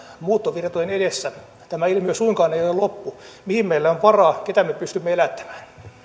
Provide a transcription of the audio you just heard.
muuttovirtojen edessä tämä ilmiö suinkaan ei ole loppu mihin meillä on varaa ketä me pystymme elättämään